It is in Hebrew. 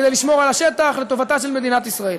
כדי לשמור על השטח לטובתה של מדינת ישראל.